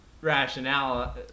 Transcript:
rationale